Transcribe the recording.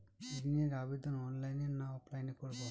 ঋণের আবেদন অনলাইন না অফলাইনে করব?